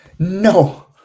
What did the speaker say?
No